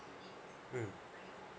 mm